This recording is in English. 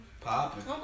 Popping